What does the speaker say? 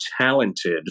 talented